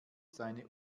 seine